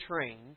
trained